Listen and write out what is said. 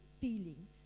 feeling